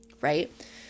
right